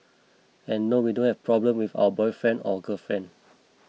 and no we don't have problem with our boyfriend or girlfriend